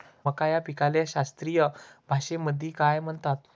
मका या पिकाले शास्त्रीय भाषेमंदी काय म्हणतात?